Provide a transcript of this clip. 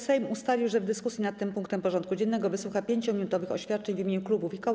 Sejm ustalił, że w dyskusji nad tym punktem porządku dziennego wysłucha 5-minutowych oświadczeń w imieniu klubów i koła.